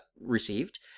received